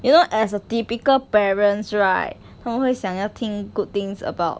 you know as a typical parents right 他们会想要听 good things about